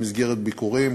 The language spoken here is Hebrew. במסגרת ביקורים.